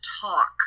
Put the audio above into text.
talk